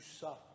suffer